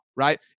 Right